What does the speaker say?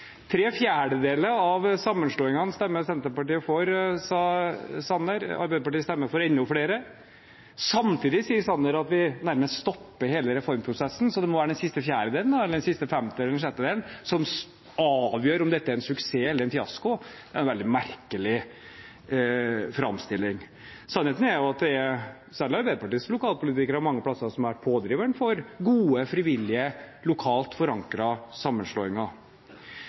Tre fjerdedeler av sammenslåingene stemmer Senterpartiet for, sa statsråd Sanner. Arbeiderpartiet stemmer for enda flere. Samtidig sier Sanner at vi nærmest stopper hele reformprosessen, så det må være den siste fjerdedelen, eller femte- eller sjettedelen som avgjør om dette er en suksess eller en fiasko. Det er en veldig merkelig framstilling. Sannheten er at det er særlig Arbeiderpartiets lokalpolitikere mange plasser som har vært pådrivere for gode, frivillige, lokalt forankret sammenslåinger.